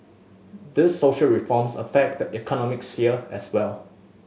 these social reforms affect the economic sphere as well